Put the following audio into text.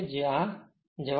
આ જવાબ છે